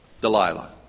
Delilah